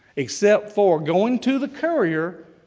except for going to the courier,